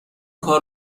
کار